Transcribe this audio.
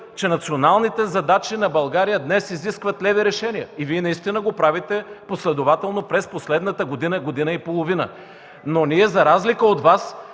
че националните задачи на България днес изискват леви решения и Вие наистина го правите последователно през последната година, година и половина. Но, за разлика от Вас,